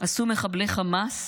עשו מחבלי חמאס